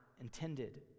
intended